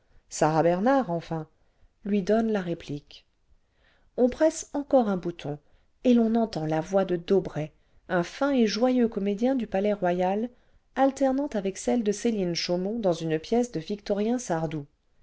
bernhardt enfin lui donne la réplique on presse encore un bouton et l'on entend la voix de daubray un fin et joyeux comédien du palais-royal alternant avec celle de céline chaumont dans une pièce de victorien sardon